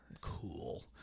Cool